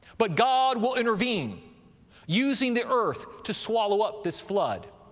but god will intervene using the earth to swallow up this flood.